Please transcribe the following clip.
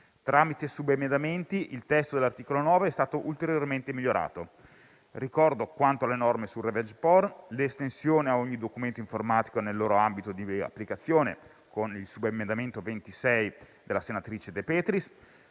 Tramite subemendamenti il testo dell'articolo 9 è stato ulteriormente migliorato. Ricordo, quanto alle norme sul *revenge porn*, l'estensione a ogni documento informatico nel loro ambito di applicazione, con il subemendamento 9.100/26, a prima firma della senatrice De Petris;